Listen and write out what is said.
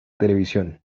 televisión